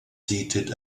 seated